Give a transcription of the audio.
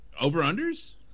over-unders